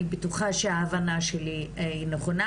אני מצטרף לכל אותם הקולות שמטילים ספק בנחיצות הוועדה.